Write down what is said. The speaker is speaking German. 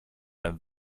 einem